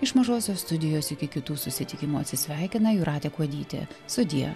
iš mažosios studijos iki kitų susitikimų atsisveikina jūratė kuodytė sudie